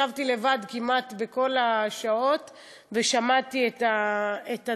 ישבתי לבד כמעט בכל השעות ושמעתי את הדיונים.